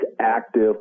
active